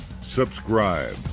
subscribe